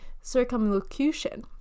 circumlocution